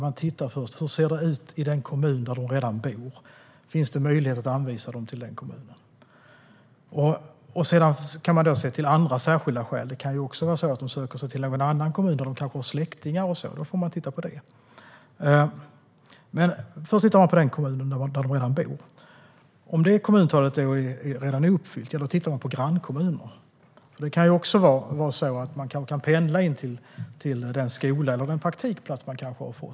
Man tittar alltså först på om det finns möjlighet att anvisa till den kommun där de redan bor. Sedan kan man se till andra särskilda skäl. Det kan vara på det sättet att de söker sig till en annan kommun där de kanske har släktingar. Då får man titta på det. Man tittar alltså först på den kommun där de redan bor. Om det kommuntalet redan är fyllt tittar man på grannkommuner. Det kanske går att pendla till den skola de går på eller den praktikplats som de kanske har fått.